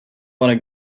want